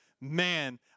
Man